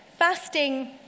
Fasting